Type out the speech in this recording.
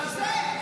תודה.